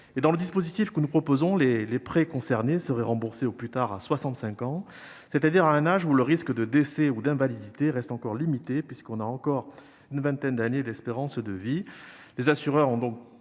Dans le dispositif que nous proposons, les prêts concernés seraient remboursés au plus tard à 65 ans, c'est-à-dire à un âge où le risque de décès ou d'invalidité reste encore limité, puisque l'on a encore une vingtaine d'années d'espérance de vie. Les assureurs seront donc